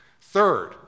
Third